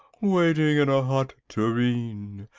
waiting in a hot tureen!